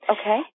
Okay